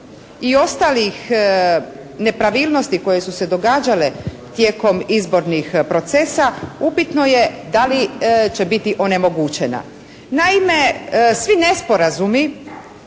i ostalih nepravilnosti koje su se događale tijekom izbornih procesa upitno je da li će biti onemogućena? Naime, svi nesporazumi